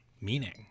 meaning